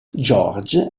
george